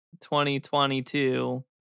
2022